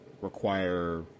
require